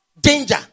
danger